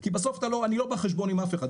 כי בסוף אני לא בא חשבון עם אף אחד,